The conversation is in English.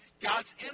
God's